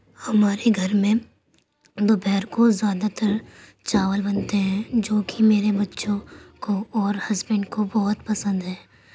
ہمارے گھر میں دوپہر کو زیادہ تر چاول بنتے ہیں جو کہ میرے بچوں کو اور ہسبینڈ کو بہت پسند ہیں